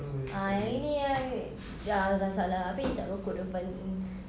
ah yang ini yang ah gasaklah abeh hisap rokok depan